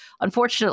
unfortunately